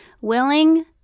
willing